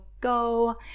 Go